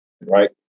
right